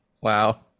Wow